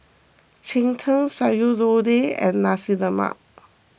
Cheng Tng Sayur Lodeh and Nasi Lemak